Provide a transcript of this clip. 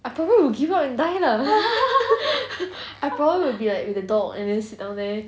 I probably will give up and die lah I probably will be like with the dog and then sit down there